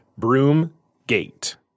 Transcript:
Broomgate